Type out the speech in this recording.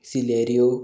Celerio